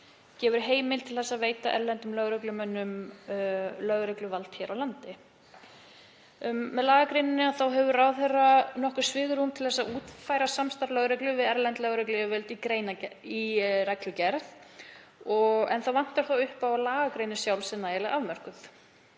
gefur heimild til að veita erlendum lögreglumönnum lögregluvald hér á landi. Með lagagreininni hefur ráðherra nokkurt svigrúm til að útfæra samstarf lögreglu við erlend lögregluyfirvöld í reglugerð en það vantar þó upp á að lagagreinin sjálf sé nægilega afmörkuð.